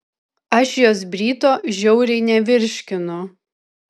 aš jos bryto žiauriai nevirškinu